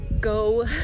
go